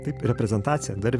taip reprezentacija dar